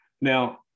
Now